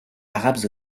arabes